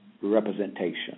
representation